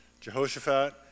Jehoshaphat